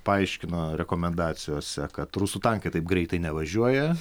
paaiškino rekomendacijose kad rusų tankai taip greitai nevažiuoja